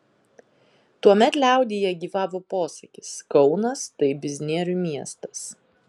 tuomet liaudyje gyvavo posakis kaunas tai biznierių miestas